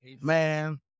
Man